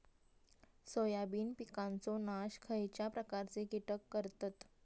Soybean पिकांचो नाश खयच्या प्रकारचे कीटक करतत?